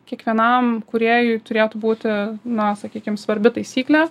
kiekvienam kūrėjui turėtų būti na sakykim svarbi taisyklė